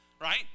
right